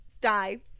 Die